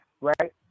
right